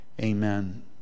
Amen